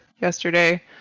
yesterday